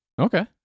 Okay